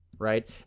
right